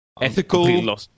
ethical